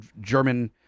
German